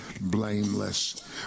blameless